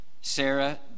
Sarah